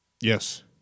Yes